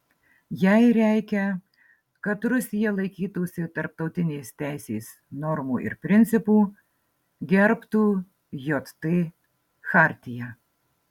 jai reikia kad rusija laikytųsi tarptautinės teisės normų ir principų gerbtų jt chartiją